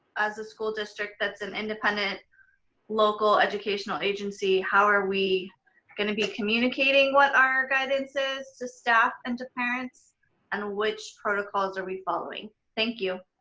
as a school district that's an independent local educational agency, how are we gonna be communicating what our guidance is to staff and to parents and which protocols are we following? thank you.